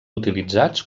utilitzats